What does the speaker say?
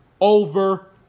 over